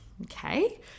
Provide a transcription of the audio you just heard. Okay